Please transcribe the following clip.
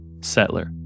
Settler